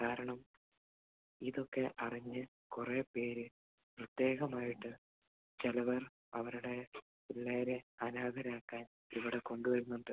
കാരണം ഇതൊക്കെ അറിഞ്ഞ് കുറെ പേര് പ്രത്യേകമായിട്ട് ചിലവർ അവരുടെ പിള്ളേരെ അനാഥരാക്കാൻ ഇവിടെ കൊണ്ട് വരുന്നുണ്ട്